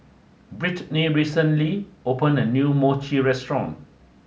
Brittnie recently opened a new Mochi Restaurant